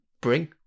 bring